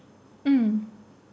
mm